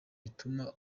butuma